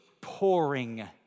pouring